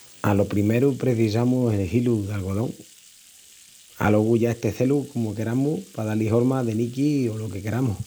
Alo primeru precisamus el hilu d'algodón. Alogu ya es tecé-lu comu queramus pa dá-li horma de niqui o lo que queramus.